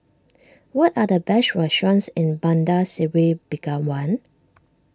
what are the best restaurants in Bandar Seri Begawan